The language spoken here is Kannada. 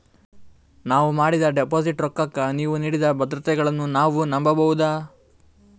ನಾವು ಮಾಡಿದ ಡಿಪಾಜಿಟ್ ರೊಕ್ಕಕ್ಕ ನೀವು ನೀಡಿದ ಭದ್ರತೆಗಳನ್ನು ನಾವು ನಂಬಬಹುದಾ?